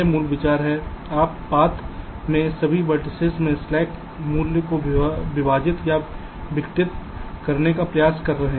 यह मूल विचार है आप पथ में सभी वेर्तिसेस में स्लैक मूल्य को विभाजित या वितरित करने का प्रयास कर रहे हैं